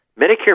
Medicare